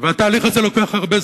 התהליך הזה לוקח הרבה זמן.